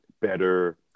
better